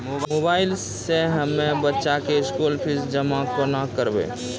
Mobile से हम्मय बच्चा के स्कूल फीस जमा केना करबै?